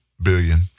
billion